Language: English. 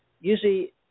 Usually –